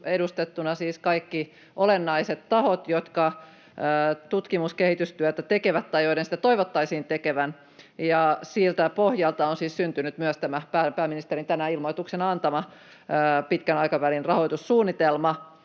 edustettuna siis kaikki olennaiset tahot, jotka tutkimus- ja kehitystyötä tekevät tai joiden sitä toivottaisiin tekevän, ja siltä pohjalta on siis syntynyt myös tämä pääministerin tänään ilmoituksena antama pitkän aikavälin rahoitussuunnitelma,